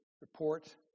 report